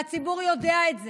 והציבור יודע את זה,